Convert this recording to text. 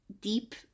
deep